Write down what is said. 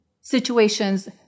situations